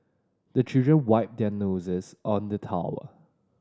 the children wipe their noses on the towel